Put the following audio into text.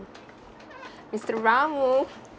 mister ramu